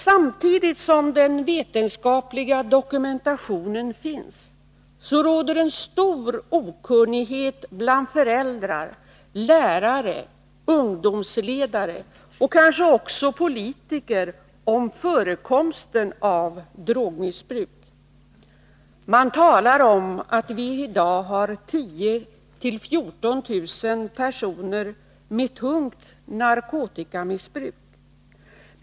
Samtidigt som den vetenskapliga dokumentationen finns råder en stor okunnighet bland föräldrar, lärare, ungdomsledare och kanske också politiker om förekomsten av drogmissbruk. Man talar om att vi i dag har 10 000-14 000 personer med tungt narkotikamissbruk.